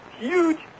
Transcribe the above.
huge